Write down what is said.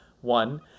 One